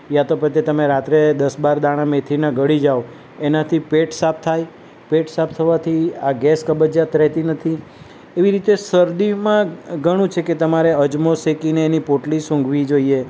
યા તો પછી તમે રાત્રે દસ બાર દાણા મેથીના ગળી જાવ એનાથી પેટ સાફ થાય પેટ સાફ થવાથી આ ગેસ કબજિયાત રેહતી નથી એવી રીતે શરદીમાં ઘણું છે કે તમારે અજમો શેકીને એની પોટલી સૂંઘવી જોઈએ